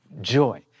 joy